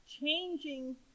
changing